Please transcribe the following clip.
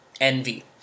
envy